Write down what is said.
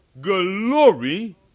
glory